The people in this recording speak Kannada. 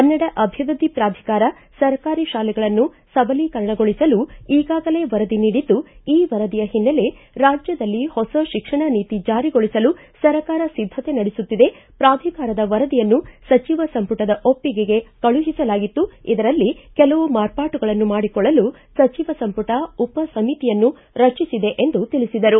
ಕನ್ನಡ ಅಭಿವೃದ್ದಿ ಪ್ರಾಧಿಕಾರ ಸರ್ಕಾರಿ ಶಾಲೆಗಳನ್ನು ಸಬಲೀಕರಣಗೊಳಿಸಲು ಈಗಾಗಲೇ ವರದಿ ನೀಡಿದ್ದು ಈ ವರದಿಯ ಹಿನ್ನೆಲೆ ರಾಜ್ಯದಲ್ಲಿ ಹೊಸ ಶಿಕ್ಷಣ ನೀತಿ ಜಾರಿಗೊಳಿಸಲು ಸರ್ಕಾರ ಸಿದ್ದತೆ ನಡೆಸುತ್ತಿದೆ ಪಾಧಿಕಾರದ ವರದಿಯನ್ನು ಸಚಿವ ಸಂಪುಟದ ಒಪ್ಪಿಗೆಗೆ ಕಳುಹಿಸಲಾಗಿತ್ತು ಇದರಲ್ಲಿ ಕೆಲವು ಮಾರ್ಪಾಟುಗಳನ್ನು ಮಾಡಿಕೊಳ್ಳಲು ಸಚಿವ ಸಂಪುಟ ಉಪ ಸಮಿತಿಯನ್ನು ರಚಿಸಿದೆ ಎಂದು ತಿಳಿಸಿದರು